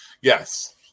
yes